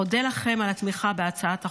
אודה לכם על התמיכה בהצעת החוק,